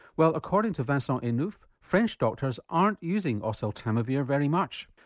well, according to vincent enouf, french doctors aren't using oseltamivir very much.